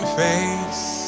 face